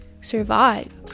survive